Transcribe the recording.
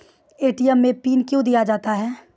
ATM मे PIN कयो दिया जाता हैं?